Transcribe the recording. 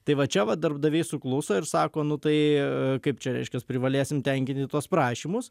tai va čia va darbdaviai sukluso ir sako nu tai kaip čia reiškias privalėsim tenkinti tuos prašymus